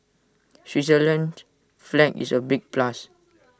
Switzerland's flag is A big plus